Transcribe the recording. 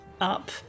up